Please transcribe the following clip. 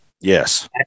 Yes